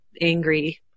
angry